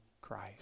Christ